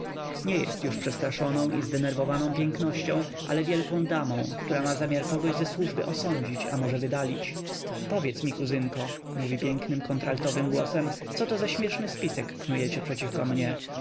nie jest już przestraszoną i zdenerwowaną pięknością ale wielką damą która ma zamiar kogoś ze służby osądzić a może wydalić powiedz mi kuzynko mówi pięknym kontraltowym głosem coto za śmieszny spisek knujecie przeciwko mnie